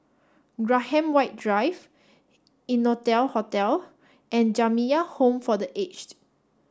Graham White Drive Innotel Hotel and Jamiyah Home for the Aged